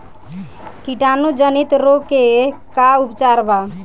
कीटाणु जनित रोग के का उपचार बा?